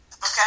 Okay